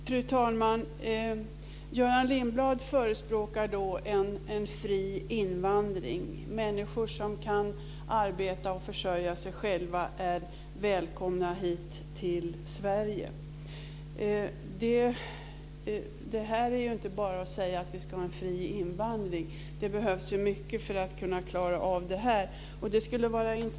Fru talman! Göran Lindblad förespråkar en fri invandring. Människor som kan arbeta och försörja sig själva är välkomna hit till Sverige. Det är inte bara att säga att vi ska ha en fri invandring. Det behövs mycket för att klara av det.